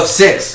six